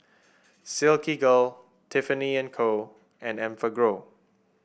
Silkygirl Tiffany And Co and Enfagrow